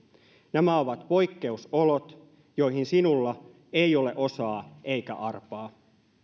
nämä ovat poikkeusolot joihin sinulla ei ole osaa eikä arpaa